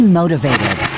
motivated